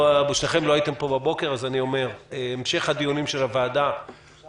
שניכם לא הייתם פה בבוקר אז אני אומר: המשך הדיונים של הוועדה כרגע